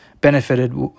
benefited